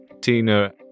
Tina